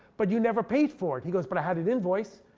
but you never paid for it. he goes, but i had an invoice.